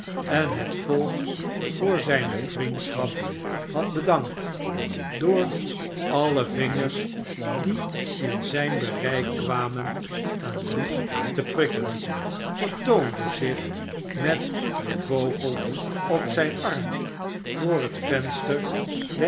en het volk voor zijne vriendschap had bedankt door alle vingers die in zijn bereik kwamen aan bloed te pikken vertoonde zich met den vogel op zijn arm voor het venster